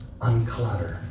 unclutter